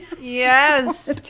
Yes